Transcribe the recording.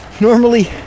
Normally